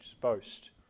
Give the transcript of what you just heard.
boast